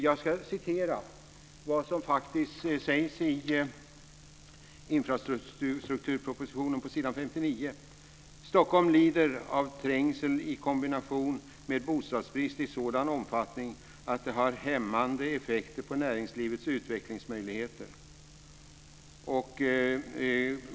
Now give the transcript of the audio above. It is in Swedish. Jag ska citera vad som faktiskt står i infrastrukturpropositionen på s. 59: "Stockholm lider av trängsel i kombination med bostadsbrist i sådan omfattning att det har hämmande effekter på näringslivets utvecklingsmöjligheter."